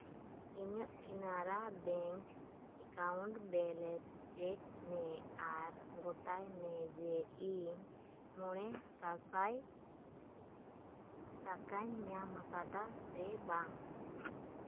ᱤᱧᱟᱹᱜ Canara bank account balance check ᱢᱮ ᱟᱨ ᱜᱚᱴᱟᱭᱢᱮ ᱡᱮ ᱤᱧ ᱢᱚᱬᱮ ᱥᱟᱥᱟᱭ ᱴᱟᱠᱟᱧ ᱧᱟᱢ ᱟᱠᱟᱫᱟ ᱥᱮ ᱵᱟᱝ